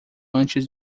antes